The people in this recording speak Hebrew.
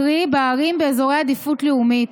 קרי, בערים באזורי עדיפות לאומית.